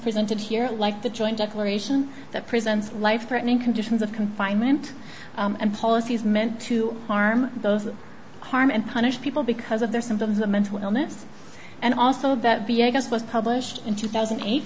presented here like the joint declaration that presents life threatening conditions of confinement and policies meant to harm those that harm and punish people because of their symptoms of mental illness and also that bianca's was published in two thousand and eight